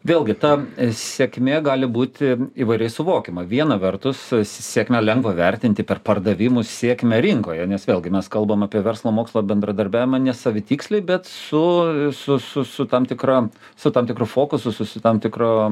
vėlgi ta sėkmė gali būti įvairiai suvokiama vieną vertus sėkmę lengva vertinti per pardavimus sėkmę rinkoje nes vėlgi mes kalbam apie verslo mokslo bendradarbiavimą nesavitiksliai bet su su su su tam tikra su tam tikru fokusu su su tam tikra